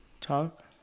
Talk